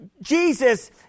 Jesus